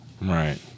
Right